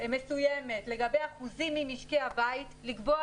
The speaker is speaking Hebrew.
מסוימת לגבי אחוזים ממשקי הבית לקבוע